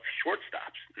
shortstops